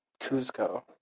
Cusco